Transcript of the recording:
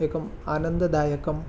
एकम् आनन्ददायकं